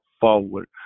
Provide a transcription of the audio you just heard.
forward